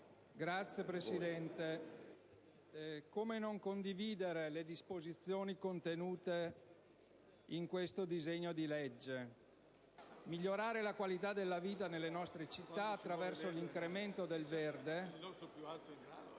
Signor Presidente, come si può non condividere le disposizioni contenute in questo disegno di legge? Migliorare la qualità della vita nelle nostre città attraverso l'incremento del verde